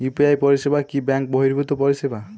UPI পরিসেবা কি bank বর্হিভুত পরিসেবা?